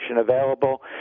available